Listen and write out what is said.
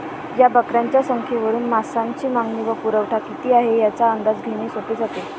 या बकऱ्यांच्या संख्येवरून मांसाची मागणी व पुरवठा किती आहे, याचा अंदाज घेणे सोपे जाते